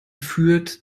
führt